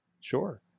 sure